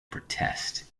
protest